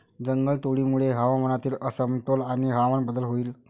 जंगलतोडीमुळे हवामानातील असमतोल आणि हवामान बदल होईल